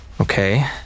Okay